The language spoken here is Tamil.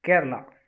கேரளா